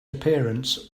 appearance